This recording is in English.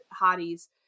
Hottie's